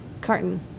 carton